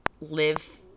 live